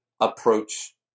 approach